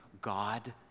God